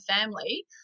family